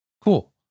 Cool